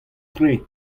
tre